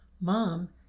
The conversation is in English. Mom